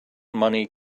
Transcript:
money